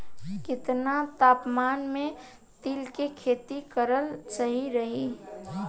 केतना तापमान मे तिल के खेती कराल सही रही?